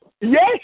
Yes